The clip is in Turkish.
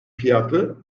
fiyatı